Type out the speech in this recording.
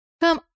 come